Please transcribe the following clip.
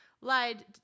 lied